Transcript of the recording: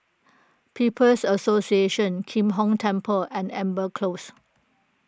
People's Association Kim Hong Temple and Amber Close